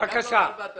הלפ"ם